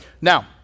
Now